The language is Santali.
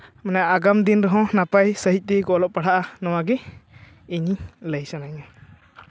ᱟᱜᱟᱢ ᱫᱤᱱ ᱨᱮᱦᱚᱸ ᱱᱟᱯᱟᱭ ᱥᱟᱺᱦᱤᱡ ᱛᱮᱜᱮ ᱠᱚ ᱚᱞᱚᱜ ᱯᱟᱲᱦᱟᱜᱼᱟ ᱱᱚᱣᱟᱜᱮ ᱤᱧ ᱞᱟᱹᱭ ᱥᱟᱱᱟᱧ ᱠᱟᱱᱟ